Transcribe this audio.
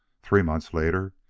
three months later,